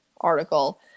article